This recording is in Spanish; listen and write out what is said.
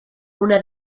una